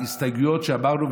ההסתייגויות שאמרנו,